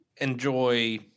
enjoy